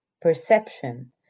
perception